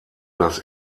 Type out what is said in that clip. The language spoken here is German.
das